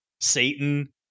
Satan